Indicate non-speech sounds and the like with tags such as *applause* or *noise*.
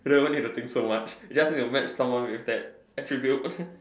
don't even need to think so much just need to match someone with that attribute *noise*